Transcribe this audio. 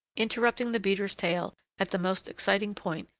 interrupting the beater's tale at the most exciting point,